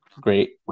Great